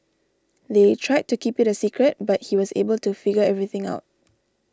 they tried to keep it a secret but he was able to figure everything out